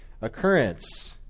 occurrence